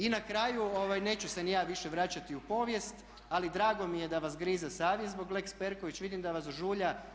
I na kraju neću se ni ja više vraćati u povijest ali drago mi je da vas grize savjest zbog lex Perković, vidim da vas žulja.